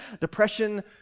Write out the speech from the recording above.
depression